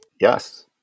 Yes